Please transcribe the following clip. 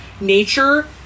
nature